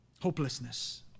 hopelessness